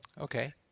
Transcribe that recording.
Okay